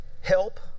help